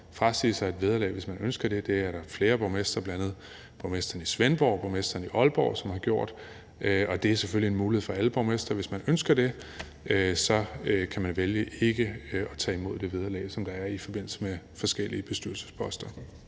frasige sig et vederlag, hvis man ønsker det. Det er der flere borgmestre, bl.a. borgmesteren i Svendborg og borgmesteren i Aalborg, som har gjort, og det er selvfølgelig en mulighed for alle borgmestre. Hvis man ønsker det, kan man vælge ikke at tage imod det vederlag, som der er i forbindelse med forskellige bestyrelsesposter.